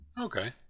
Okay